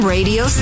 Radio